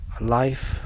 life